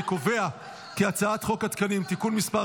אני קובע כי הצעת חוק התקנים )תיקון מס'